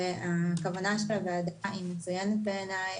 הכוונה של הוועדה מצוינת בעיניי,